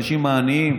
האנשים העניים,